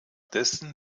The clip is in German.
dessen